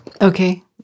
Okay